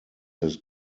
his